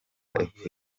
y’epfo